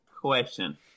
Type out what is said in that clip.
question